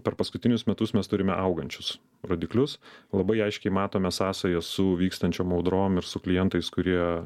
per paskutinius metus mes turime augančius rodiklius labai aiškiai matome sąsajas su vykstančiom audrom ir su klientais kurie